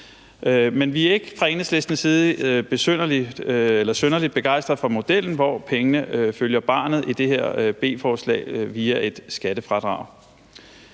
Men vi er fra Enhedslistens side ikke synderlig begejstret for modellen, hvor pengene følger barnet i det her B-forslag via et skattefradrag.